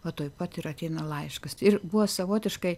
va tuoj pat ir ateina laiškas ir buvo savotiškai